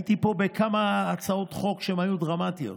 הייתי פה בכמה הצעות חוק דרמטיות: